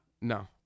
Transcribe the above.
No